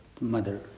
Mother